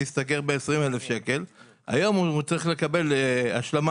השתכר 20,000 שקלים והיום הוא צריך לקבל השלמה